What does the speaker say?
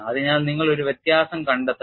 അതിനാൽ നിങ്ങൾ ഒരു വ്യത്യാസം കണ്ടെത്തണം